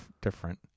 different